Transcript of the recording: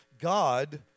God